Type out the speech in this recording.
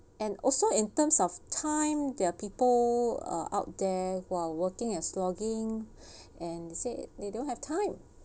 and also in terms of time there are people uh are out there who are working as slogging and say they don't have time